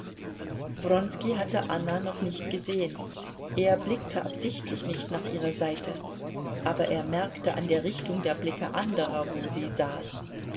hatte anna noch nicht gesehen er blickte absichtlich nicht nach ihrer seite aber er merkte an der richtung der blicke anderer wo sie saß